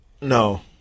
No